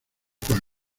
con